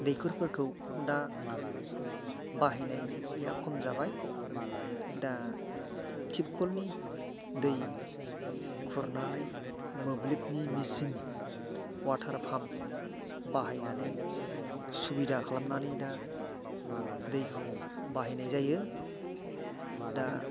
दैखरफोरखौ दा बाहायनाया खम जाबाय दा टिप खलनि दै खुरनानै मोब्लिबनि मिसिन वाटार पाम्प बाहायनानै सुबिदा खालामनानै दा दैखौ बाहायनाय जायो दा